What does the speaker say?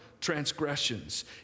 transgressions